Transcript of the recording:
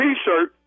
T-shirt